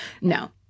No